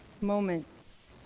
moments